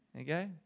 okay